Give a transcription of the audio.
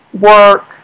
work